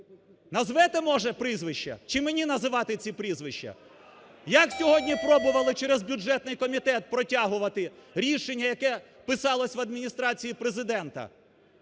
назвете може прізвища, чи мені називати ці прізвища? Як сьогодні пробували через бюджетний комітет протягувати рішення, яке писалося в Адміністрації Президента?